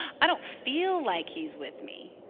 i don't feel like he's with me,